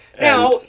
Now